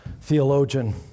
theologian